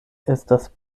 estas